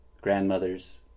grandmothers